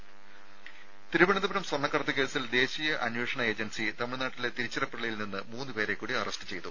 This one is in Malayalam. രെടി സ്വർണ്ണക്കടത്ത് കേസിൽ ദേശീയ അന്വേഷണ ഏജൻസി തമിഴ്നാട്ടിലെ തിരുച്ചിറപ്പള്ളിയിൽ നിന്ന് മൂന്നുപേരെക്കൂടി അറസ്റ്റ് ചെയ്തു